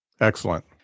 excellent